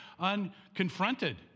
unconfronted